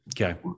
Okay